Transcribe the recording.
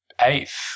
eighth